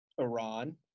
iran